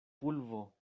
pulvo